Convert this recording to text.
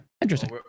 Interesting